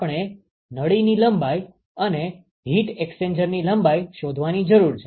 આપણે નળીની લંબાઈ અને હીટ એક્સ્ચેન્જરની લંબાઈ શોધવાની જરૂર છે